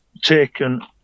taken